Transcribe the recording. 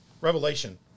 Revelation